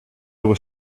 was